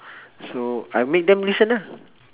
so I will make them listen lah